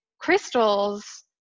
crystals